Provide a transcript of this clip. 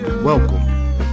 Welcome